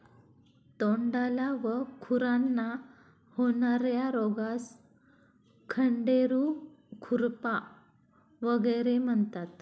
तोंडाला व खुरांना होणार्या रोगास खंडेरू, खुरपा वगैरे म्हणतात